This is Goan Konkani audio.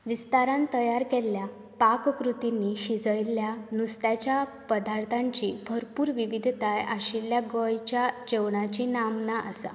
विस्तारान तयार केल्ल्या पाककृतींनी शिजयल्ल्या नुस्त्याच्या पदार्थांची भरपूर विविधताय आशिल्ल्यान गोंयच्या जेवणाची नामना आसा